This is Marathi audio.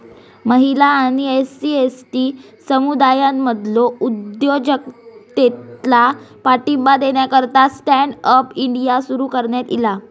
महिला आणि एस.सी, एस.टी समुदायांमधलो उद्योजकतेला पाठिंबा देण्याकरता स्टँड अप इंडिया सुरू करण्यात ईला